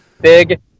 big